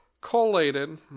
collated